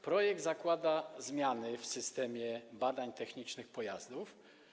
Projekt zakłada zmiany w systemie badań technicznych pojazdów.